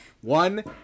one